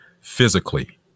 physically